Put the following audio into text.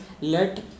Let